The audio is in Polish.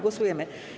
Głosujemy.